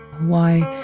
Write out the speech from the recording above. why,